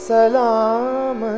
Salam